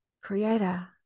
creator